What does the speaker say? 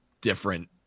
different